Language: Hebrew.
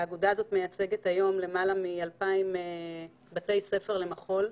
האגודה הזו מייצגת היום למעלה מ-2,000 לבתי ספר למחול,